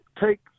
take